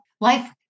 life